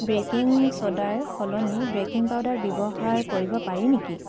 baking ছোদাৰ সলনি baking powder ব্যৱহাৰ কৰিব পাৰি নেকি